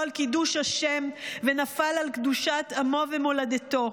על קידוש השם ונפל על קדושת עמו ומולדתו.